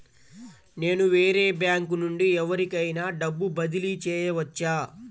నేను వేరే బ్యాంకు నుండి ఎవరికైనా డబ్బు బదిలీ చేయవచ్చా?